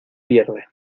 pierde